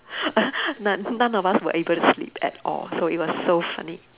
none none of us were able to sleep at all so it was so funny